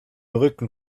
rücken